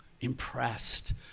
impressed